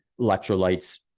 electrolytes